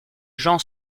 jean